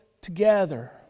together